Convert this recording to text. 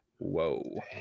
whoa